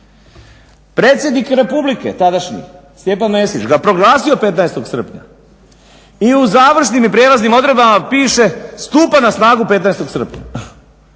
predsjednik Republike tadašnji Stjepan Mesić ga proglasio 15. srpnja i u završnim i prijelaznim odredbama piše stupa na snagu 15. srpnja.